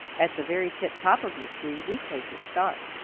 at the very tiptop of the tree we place a star.